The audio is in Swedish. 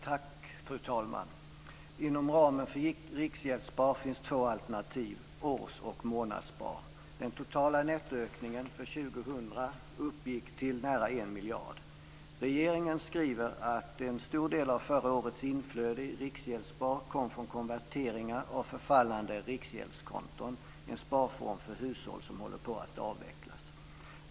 Fru talman! Inom ramen för Riksgäldsspar finns två alternativ: års och månadsspar. Den totala nettoökningen för 2000 uppgick till nära 1 miljard. Regeringen skriver att en stor del av förra årets inflöde i Riksgäldsspar kom från konverteringar av förfallande riksgäldskonton, en sparform för hushåll som håller på att avvecklas.